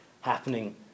happening